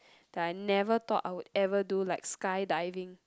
that I never thought I would ever do like skydiving